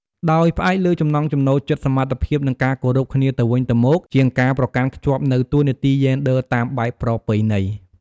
ដោយផ្អែកលើ ចំណង់ចំណូលចិត្ត សមត្ថភាព និង ការគោរពគ្នាទៅវិញទៅមក ជាងការប្រកាន់ខ្ជាប់នូវតួនាទីយេនឌ័រតាមបែបប្រពៃណី។